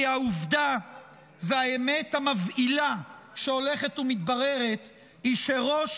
כי העובדה והאמת המבהילה שהולכת ומתבררת היא שראש